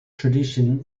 tradition